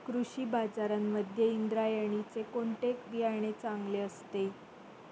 कृषी बाजारांमध्ये इंद्रायणीचे कोणते बियाणे चांगले असते?